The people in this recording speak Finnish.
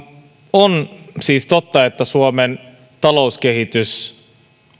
on siis totta että suomen talouskehitys